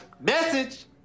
Message